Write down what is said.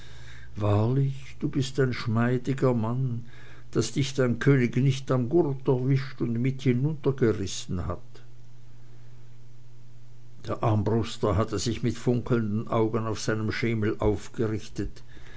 wahrlich du bist ein schmeidiger mann daß dich dein könig nicht am gurt erwischt und mit hinuntergerissen hat der armbruster hatte sich mit funkelnden augen auf seinem schemel aufgerichtet